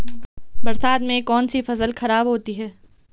बरसात से कौन सी फसल खराब होती है?